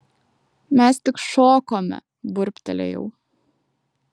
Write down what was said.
mes tik šokome burbtelėjau